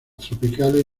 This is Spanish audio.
tropicales